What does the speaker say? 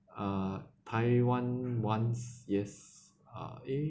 uh taiwan once yes uh it